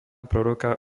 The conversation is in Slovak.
proroka